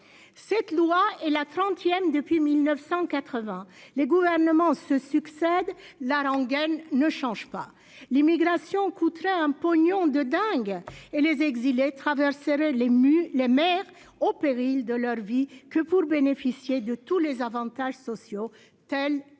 Cette loi et la 30ème depuis 1980, les gouvernements se succèdent, la rengaine ne change pas l'immigration coûterait un pognon de dingue et les exilés traverserez les ému les maires au péril de leur vie que pour bénéficier de tous les avantages sociaux tels l'aide